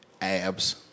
abs